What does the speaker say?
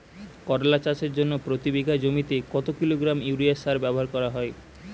করলা চাষের জন্য প্রতি বিঘা জমিতে কত কিলোগ্রাম ইউরিয়া সার ব্যবহার করা হয়?